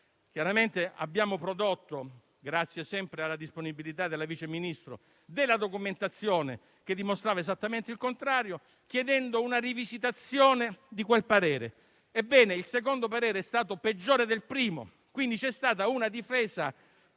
Chiaramente abbiamo prodotto, sempre grazie alla disponibilità della vice Ministro, la documentazione che dimostrava esattamente il contrario, chiedendo una rivisitazione di quel parere. Ebbene, il secondo parere è stato peggiore del primo, quindi c'è stata una difesa